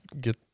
get